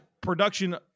production